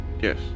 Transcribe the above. Yes